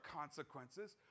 consequences